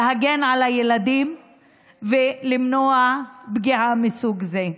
להגן על הילדים ולמנוע פגיעה מסוג זה.